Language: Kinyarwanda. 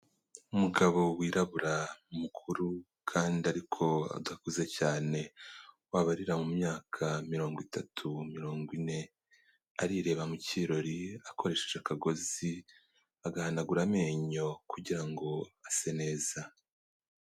Umugabo wirabura mukuru kandi ariko adakuze cyane wabarira mu myaka mirongo itatu, mirongo ine, arireba mu kirori akoresheje akagozi agahanagura amenyo kugirango ase neza.